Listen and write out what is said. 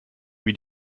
wie